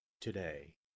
today